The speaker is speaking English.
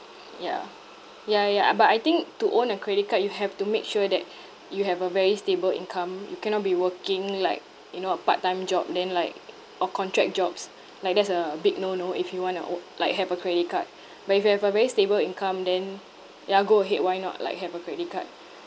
ya ya ya uh but I think to own a credit card you have to make sure that you have a very stable income you cannot be working like you know a part time job then like or contract jobs like that's a big no no if you want to o~ like have a credit card but if you have a very stable income then ya go ahead why not like have a credit card